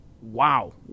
Wow